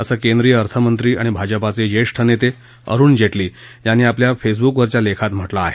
असं केंद्रीय अर्थमंत्री आणि भाजपाचे ज्येष्ठ नेते अरुण जे िी यांनी आपल्या फेसबुकवरील लेखात म्हा ले आहे